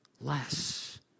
less